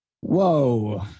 Whoa